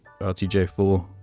RTJ4